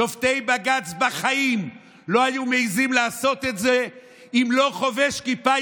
שופטי בג"ץ בחיים לא היו מעיזים לעשות את זה אם לא חובש כיפה,